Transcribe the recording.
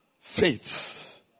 faith